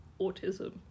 autism